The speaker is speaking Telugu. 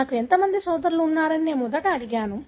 నాకు ఎంతమంది సోదరులు ఉన్నారని నేను మొదట అడిగాను